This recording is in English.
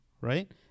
right